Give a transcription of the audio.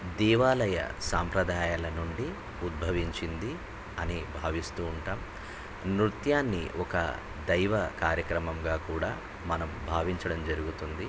దేవాలయ సాంప్రదాయాల నుండి ఉద్భవించింది అని భావిస్తూ ఉంటాము నృత్యాన్ని ఒక దైవ కార్యక్రమంగా కూడా మనం భావించడం జరుగుతుంది